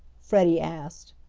freddie asked.